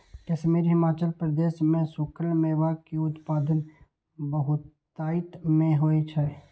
कश्मीर, हिमाचल प्रदेश मे सूखल मेवा के उत्पादन बहुतायत मे होइ छै